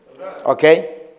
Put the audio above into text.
Okay